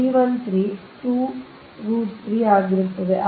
ಆದ್ದರಿಂದ D13 ನಿಮ್ಮ 2√3r ಆಗಿರುತ್ತದೆ